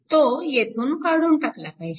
तो येथून काढून टाकला पाहिजे